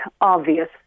obvious